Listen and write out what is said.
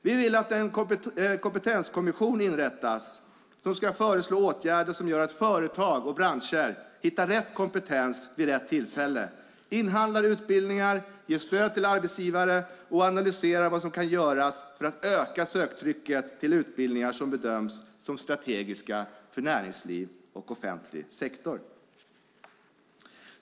Vi vill att en kompetenskommission inrättas som ska föreslå åtgärder som gör att företag och branscher hittar rätt kompetens vid rätt tillfälle, inhandlar utbildningar, ger stöd till arbetsgivare och analyserar vad som kan göras för att öka söktrycket till utbildningar som bedöms vara strategiska för näringsliv och offentlig sektor.